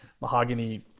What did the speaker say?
mahogany